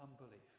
unbelief